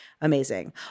amazing